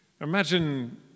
Imagine